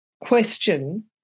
question